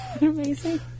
Amazing